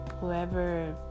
whoever